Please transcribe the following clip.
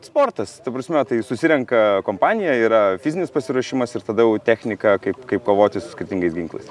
sportas ta prasme tai susirenka kompanija yra fizinis pasiruošimas ir tada jau technika kaip kaip kovoti su skirtingais ginklais